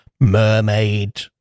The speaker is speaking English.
Mermaid